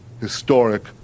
historic